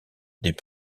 des